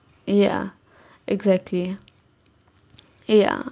ya exactly ya